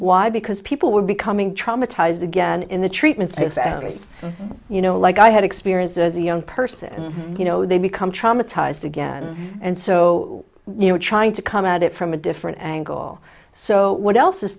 why because people were becoming traumatized again in the treatments you know like i had experience as a young person you know they become traumatized again and so you know trying to come at it from a different angle so what else is